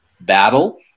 battle